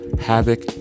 Havoc